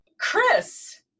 Chris